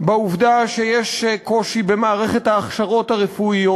בעובדה שיש קושי במערכת ההכשרות הרפואיות.